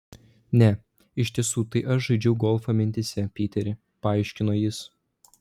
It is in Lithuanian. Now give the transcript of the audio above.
ne iš tiesų tai aš žaidžiau golfą mintyse piteri paaiškino jis